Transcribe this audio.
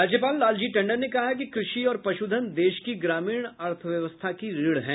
राज्यपाल लालजी टंडन ने कहा है कि कृषि और पशुधन देश की ग्रामीण अर्थव्यवस्था की रीढ़ हैं